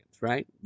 right